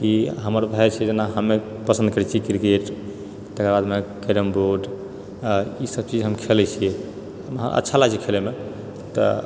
कि हमर भाइ छै जेना हमे पसन्द करै छियै क्रिकेट तकर बादमे कैरम बोर्ड आ ई सभ चीज हम खेलै छियै अच्छा लागै छै खेलैमे तऽ